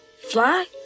Fly